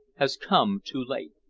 has come too late.